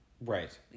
Right